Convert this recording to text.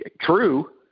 true